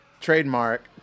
trademark